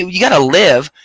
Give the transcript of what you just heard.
you got to live,